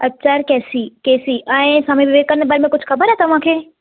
H R K C K C ऐं स्वामी विवेकानंद जे बारे में कुझु ख़बर आहे तव्हां खे